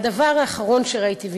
והדבר האחרון שראיתי,